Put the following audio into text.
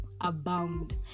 abound